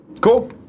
Cool